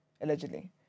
allegedly